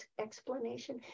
explanation